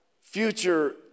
future